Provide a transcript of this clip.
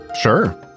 Sure